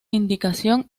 indicación